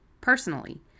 personally